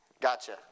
Gotcha